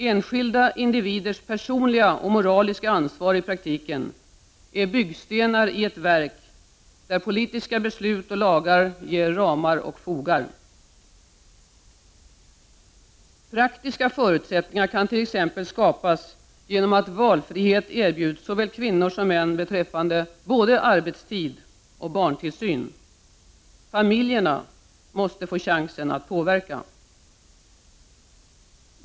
Enskilda individers personliga och moraliska ansvar i praktiken är byggstenar i ett verk, där politiska beslut och lagar ger ramar och fogar. Praktiska förutsättningar kan t.ex. skapas genom att valfrihet erbjuds såväl kvinnor som män beträffande både arbetstid och barntillsyn. Familjerna måste få chansen att påverka.